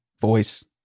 voice